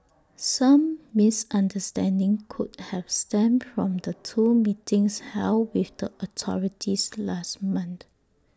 some misunderstanding could have stemmed from the two meetings held with the authorities last month